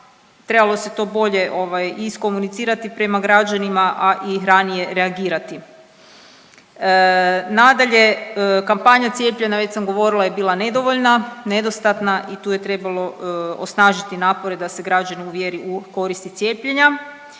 trebalo se to bolje ovaj iskomunicirati prema građanima, a i ranije reagirati. Nadalje, kampanja cijepljenja, već sam govorila je bila nedovoljna, nedostatna i tu je trebalo osnažiti napore da se građane uvjeri u koristi cijepljenja.